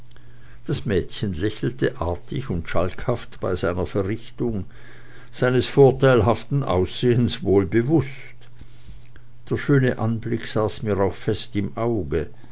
das mädchen lächelte artig und schalkhaft bei seiner verrichtung seines vorteilhaften aussehens wohlbewußt der schöne anblick saß mir auch fest im auge